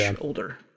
older